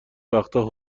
وقتا